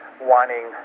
wanting –